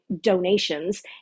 donations